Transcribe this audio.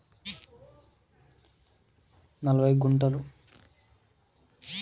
ఎకరం అంటే ఎంత?